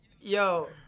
Yo